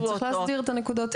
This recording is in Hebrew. אני מבינה את הכאב הזה,